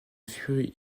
fruit